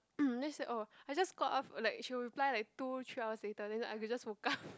then she said oh I just got up fo~ like she will reply like two three hours later then I just woke up